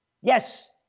Yes